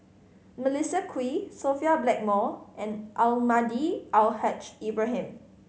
Melissa Kwee Sophia Blackmore and Almahdi Al Haj Ibrahim